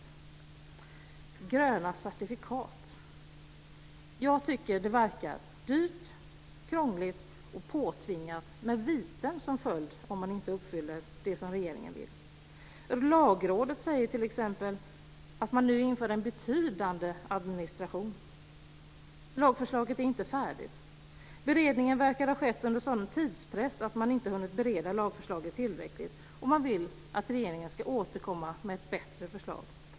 När det gäller gröna certifikat tycker jag att det verkar dyrt, krångligt och påtvingat med viten som följd om man inte uppfyller det som regeringen vill. Lagrådet säger t.ex. att man nu inför en betydande administration. Lagförslaget är inte färdigt. Beredningen verkar ha skett under sådan tidspress att man inte hunnit bereda lagförslaget tillräckligt, och Lagrådet vill att regeringen ska återkomma med ett bättre förslag.